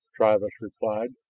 travis replied.